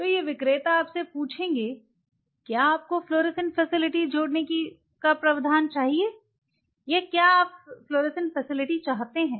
तो ये विक्रेता आपसे पूछेंगे देखें समय 0737 क्या आप फ्लोरोसेंट फैसिलिटी जोड़ने का प्रावधान चाहते हैं या क्या आप फ्लोरोसेंट फैसिलिटी चाहते हैं